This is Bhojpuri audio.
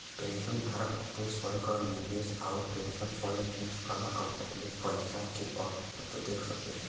पेंशनधारक अपने स्वयं क निवेश आउर पेंशन फंड चुन सकला आउर अपने पइसा के बढ़त देख सकेला